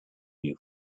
new